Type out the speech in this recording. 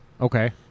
Okay